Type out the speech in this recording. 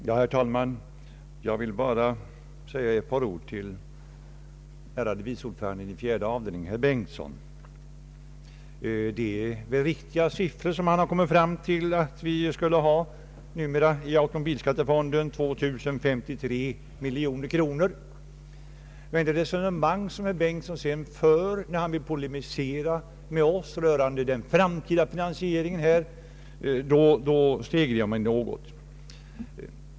Herr talman! Jag vill bara säga ett par ord till den ärade vice ordföranden i statsutskottets fjärde avdelning, herr Bengtson. Det är nog en riktig siffra som herr Bengtson kommit fram till, att det numera skulle finnas 2053 miljoner kronor i bilskattefonden. Men inför det resonemang som herr Bengtson sedan för, när han vill polemisera mot oss rörande den framtida finansieringen av vägväsendet, stegrar jag mig något.